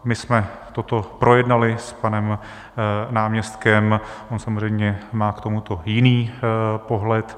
My jsme toto projednali s panem náměstkem, on samozřejmě má k tomuto jiný pohled.